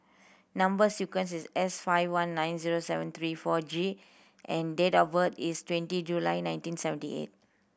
number sequence is S five one nine zero seven three four G and date of birth is twenty July nineteen seventy eight